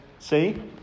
See